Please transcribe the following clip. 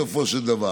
בסופו של דבר